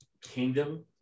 kingdom